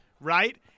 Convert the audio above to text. right